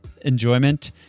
enjoyment